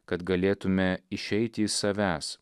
kad galėtume išeiti iš savęs